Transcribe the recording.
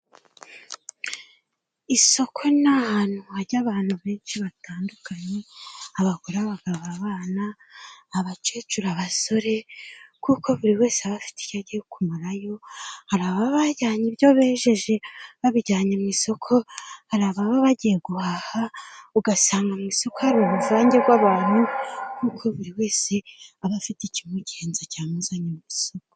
Isoko ni ahantu hajya abantu benshi batandukanye:abagore, bagabo, abana, abakecuru, abasore, kuko buri wese aba afite icyo agiye kumarayo, hari ababa bajyanye ibyo bejeje babijyanye mu isoko hari ababa bagiye guhaha, ugasanga mu isoko ari uruvange rw'abantu, kuko buri wese aba afite ikimugenza cyamuzanye mu isoko.